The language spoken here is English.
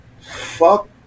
Fuck